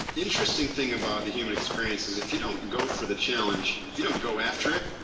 interesting thing about the human experience is if you don't go for the challenge, if you don't go after it,